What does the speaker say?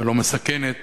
ולא מסכנת,